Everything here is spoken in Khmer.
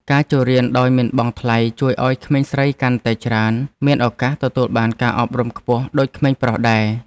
ការចូលរៀនដោយមិនបង់ថ្លៃជួយឱ្យក្មេងស្រីកាន់តែច្រើនមានឱកាសទទួលបានការអប់រំខ្ពស់ដូចក្មេងប្រុសដែរ។